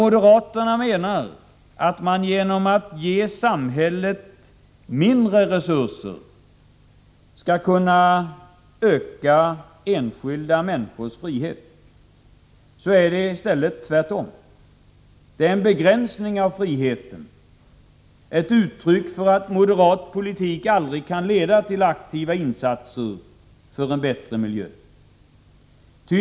Moderaterna menar att man genom att ge samhället mindre resurser skulle kunna öka enskilda människors frihet, men i stället är det tvärtom. Det är en begränsning av friheten, ett uttryck för att moderat politik aldrig kan leda till aktiva insatser för en bättre miljö.